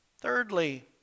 thirdly